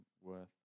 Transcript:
worth